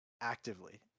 actively